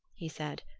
he said,